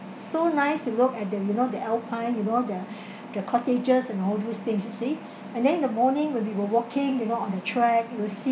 so nice to look at the you know the alpine you know their their cottages and all those things you see and then in the morning when we were walking you know on the track you will see